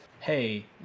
hey